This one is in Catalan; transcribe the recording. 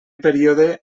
període